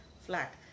flat